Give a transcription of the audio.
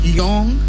young